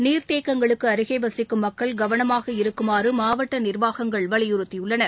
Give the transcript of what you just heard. நீர்த்தேக்கங்களுக்கு அருகே வசிக்கும் மக்கள் கவனமாக இருக்குமாறு மாவட்ட நிர்வாகங்கள் வலியுறுத்தியுள்ளன